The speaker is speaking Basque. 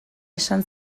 esan